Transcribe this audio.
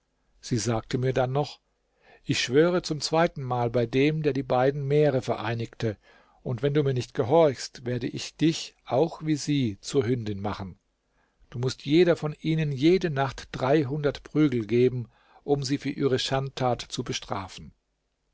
sie sagte mir dann noch ich schwöre zum zweiten mal bei dem der die beiden meere vereinigte und wenn du mir nicht gehorchst werde ich dich auch wie sie zur hündin machen du mußt jeder von ihnen jede nacht dreihundert prügel geben um sie für ihre schandtat zu bestrafen